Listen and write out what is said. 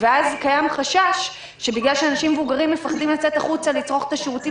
ואז קיים חשש שבגלל שאנשים מבוגרים מפחדים לצאת החוצה לצרוך את השירותים